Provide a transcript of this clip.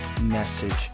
message